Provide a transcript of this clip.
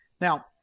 Now